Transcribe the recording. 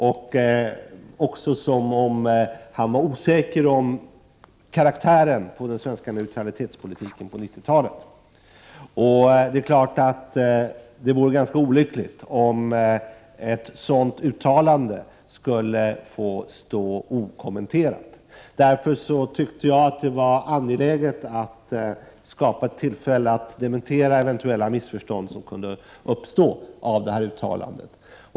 Det verkar som om han var osäker beträffande den svenska neutralitetspolitikens karaktär på 1990-talet. Självfallet skulle det vara ganska olyckligt om ett sådant här uttalande inte kommenterades. Därför tyckte jag att det var angeläget att se till att det blev ett tillfälle att dementera eventuella missförstånd i fråga om det aktuella uttalandet.